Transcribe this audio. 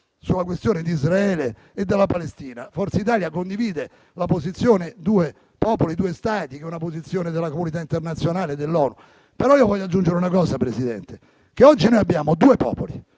sulla questione di Israele e della Palestina, Forza Italia condivide la posizione due popoli, due Stati, che è la stessa della comunità internazionale e dell'ONU. Voglio però aggiungere, Presidente, che oggi abbiamo due popoli